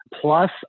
Plus